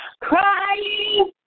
crying